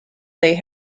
they